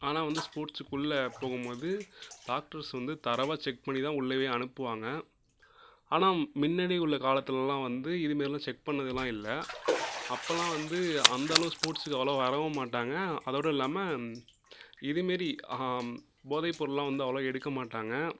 ஆனால் வந்து ஸ்போர்ட்ஸுக்குள்ள போகும் போது டாக்டர்ஸ் வந்து தரவ்வா செக் பண்ணி தான் உள்ள அனுப்புவாங்க ஆனால் முன்னாடி உள்ள காலத்துலலாம் வந்து இதுமேரிலாம் செக் பண்ணதுலாம் இல்லை அப்போல்லாம் வந்து அந்த அளவு ஸ்போர்ட்ஸுக்கு அவ்வளோவா வரவும் மாட்டாங்க அதோடு இல்லாமல் இதுமேரி போதை பொருள்லாம் வந்து அவ்வளோவா எடுக்க மாட்டாங்க